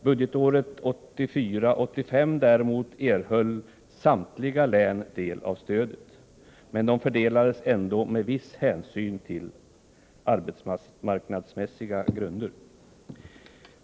Budgetåret 1984/85 däremot erhöll samtliga län del av stödet, men det fördelades ändå till viss del på arbetsmarknadsmässiga grunder.